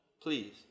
Please